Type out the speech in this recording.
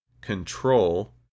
Control